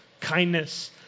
kindness